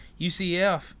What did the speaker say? UCF